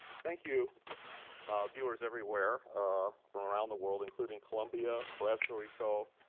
thank you viewers everywhere from around the world, including columbia, puerto rico,